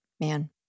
Man